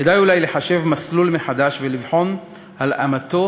כדאי אולי לחשב מסלול מחדש ולבחון את הלאמתו